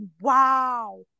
wow